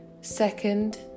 second